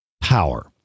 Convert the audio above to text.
power